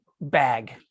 bag